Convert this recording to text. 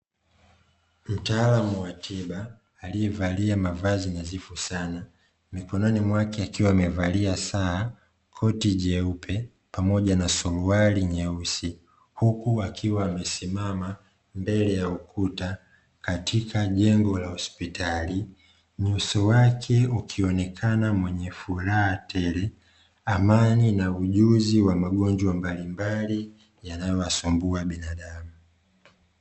Mtaalamu wa tiba aliyevalia mavazi nadhifu sana, mikononi mwake akiwa amevalia saa, koti jeupe pamoja na suruali nyeusi; huku akiwa amesimama mbele ya ukuta katika jengo la hospitali uso wake ukionekana mwenye furaha, tele amani na ujuzi wa magonjwa mbalimbali yanayowasumbua binadamu.